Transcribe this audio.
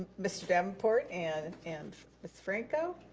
mr. davenport and and ms. franco,